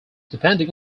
depending